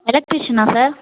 எலெக்ட்ரீஷியனா sir